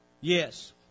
Yes